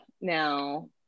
now